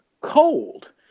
cold